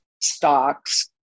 stocks